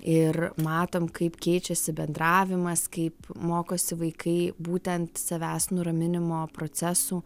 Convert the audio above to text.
ir matom kaip keičiasi bendravimas kaip mokosi vaikai būtent savęs nuraminimo procesų